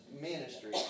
ministry